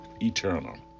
eternal